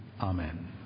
Amen